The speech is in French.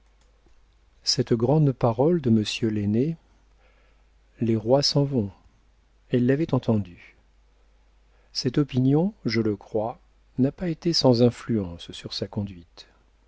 cette grande parole de monsieur lainé les rois s'en vont elle l'avait entendue cette opinion je le crois n'a pas été sans influence sur sa conduite